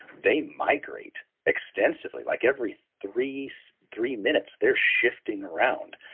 they migrate extensively. like every three so three minutes, they're shifting around.